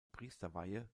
priesterweihe